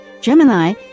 Gemini